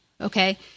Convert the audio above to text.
okay